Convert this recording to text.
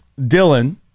dylan